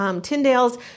Tyndale's